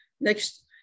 next